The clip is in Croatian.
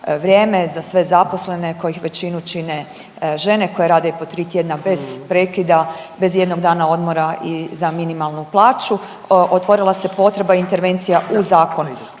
vrijeme za sve zaposlene kojih većinu čine žene koje rade i po 3 tjedna bez prekida, bez i jednog dana odmora i za minimalnu plaću otvorila se potreba intervencija u Zakon